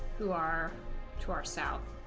who are to our south